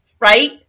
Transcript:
right